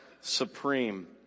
Supreme